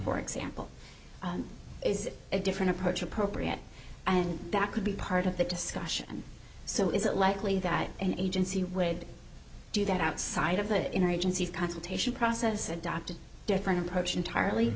for example is a different approach appropriate and that could be part of the discussion so is it likely that an agency would do that outside of the inner agency consultation process adopted a different approach entirely